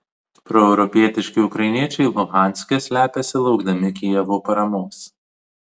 proeuropietiški ukrainiečiai luhanske slepiasi laukdami kijevo paramos